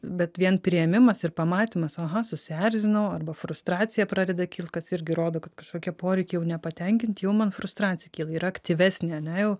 bet vien priėmimas ir pamatymas aha susierzinau arba frustracija pradeda kilt kas irgi rodo kad kažkokie poreikiai jau nepatenkinti jau man frustracija kyla yra aktyvesnė ane jau